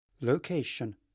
Location